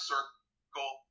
Circle